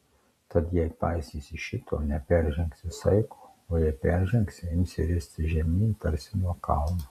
tad jei paisysi šito neperžengsi saiko o jei peržengsi imsi ristis žemyn tarsi nuo kalno